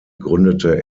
gründete